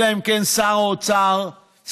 אלא אם כן סגן שר האוצר הנכבד,